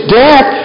death